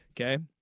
Okay